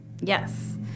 Yes